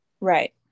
right